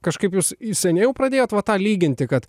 kažkaip jūs seniai jau pradėjot tą lyginti kad